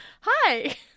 hi